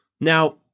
Now